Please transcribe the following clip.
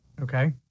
Okay